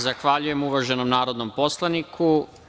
Zahvaljujem uvaženom narodnom poslaniku.